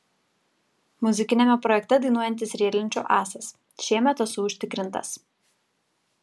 muzikiniame projekte dainuojantis riedlenčių ąsas šiemet esu užtikrintas